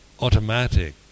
automatic